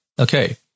Okay